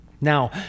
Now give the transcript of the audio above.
Now